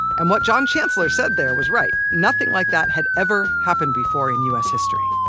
and what john chancellor said there was right nothing like that had ever happened before in u s. history.